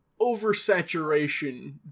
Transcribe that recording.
oversaturation